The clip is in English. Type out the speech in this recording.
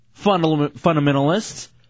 fundamentalists